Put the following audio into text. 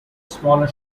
smaller